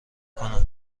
کنم